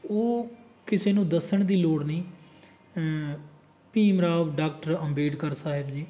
ਉਹ ਕਿਸੇ ਨੂੰ ਦੱਸਣ ਦੀ ਲੋੜ ਨਹੀਂ ਭੀਮ ਰਾਓ ਡਾਕਟਰ ਅੰਬੇਡਕਰ ਸਾਹਿਬ ਜੀ